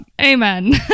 Amen